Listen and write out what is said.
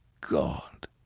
God